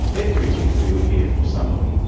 every week we would hear from somebody,